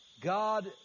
God